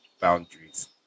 boundaries